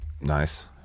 Nice